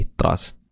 trust